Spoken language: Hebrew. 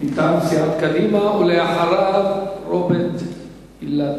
מטעם סיעת קדימה, ואחריו, חבר הכנסת רוברט אילטוב.